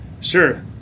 Sure